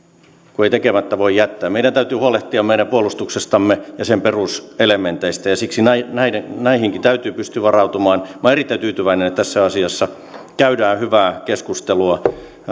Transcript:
kun ei tekemättä voi jättää meidän täytyy huolehtia meidän puolustuksestamme ja sen peruselementeistä ja siksi näihinkin täytyy pystyä varautumaan olen erittäin tyytyväinen että tässä asiassa käydään hyvää keskustelua